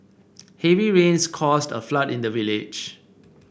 heavy rains caused a flood in the village